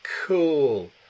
Cool